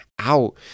out